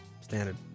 Standard